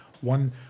one